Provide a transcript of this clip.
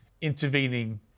intervening